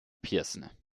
pierson